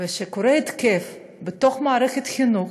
וכשקורה התקף בתוך מערכת החינוך,